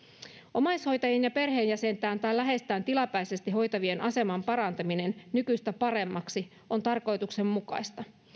omaishoitajien ja perheenjäsentään tai läheistään tilapäisesti hoitavien aseman parantaminen nykyistä paremmaksi on tarkoituksenmukaista